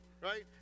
right